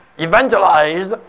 evangelized